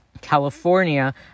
California